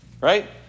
right